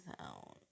sound